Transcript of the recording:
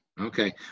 Okay